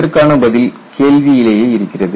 இதற்கான பதில் கேள்வியிலேயே இருக்கிறது